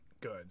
good